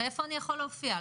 ואיפה אני יכול להופיע.